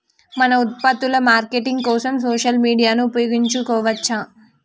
మన ఉత్పత్తుల మార్కెటింగ్ కోసం సోషల్ మీడియాను ఉపయోగించవచ్చా?